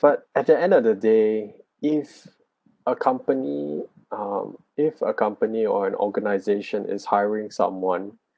but at the end of the day if a company um if a company or an organization is hiring someone